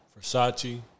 Versace